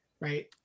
Right